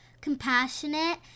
compassionate